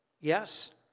Yes